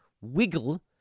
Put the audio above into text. wiggle